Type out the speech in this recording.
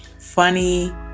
funny